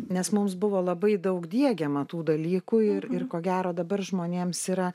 nes mums buvo labai daug diegiama tų dalykų ir ir ko gero dabar žmonėms yra